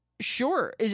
Sure